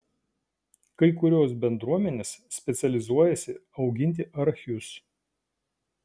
kai kurios bendruomenės specializuojasi auginti arachius